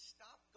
Stop